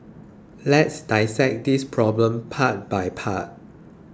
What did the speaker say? let's dissect this problem part by part